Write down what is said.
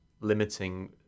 limiting